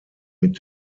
mit